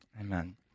amen